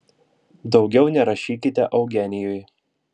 daugiau nerašykite eugenijui